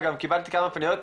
וגם קיבלתי כמה פניות,